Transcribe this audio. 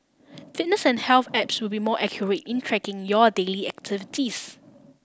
fitness and health apps will be more accurate in tracking your daily activities